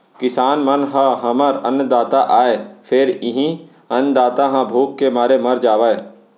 किसान मन ह हमर अन्नदाता आय फेर इहीं अन्नदाता ह भूख के मारे मर जावय